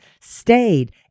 stayed